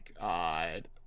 God